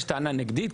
יש טענה נגדית,